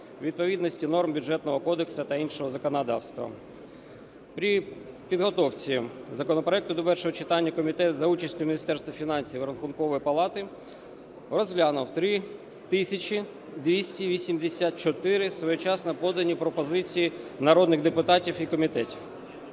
відповідності норм Бюджетного кодексу та іншого законодавства. При підготовці законопроекту до першого читання комітет за участю Міністерства фінансів і Рахункової палати розглянув 3 тисячі 284 своєчасно подані пропозиції народних депутатів і комітетів.